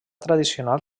tradicional